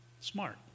smart